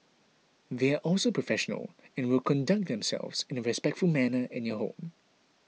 they are also professional and will conduct themselves in a respectful manner in your home